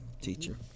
teacher